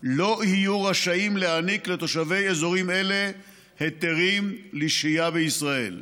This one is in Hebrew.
לא יהיו רשאים להעניק לתושבי אזורים אלה היתרים לשהייה בישראל.